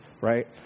right